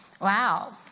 wow